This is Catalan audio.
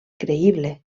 creïble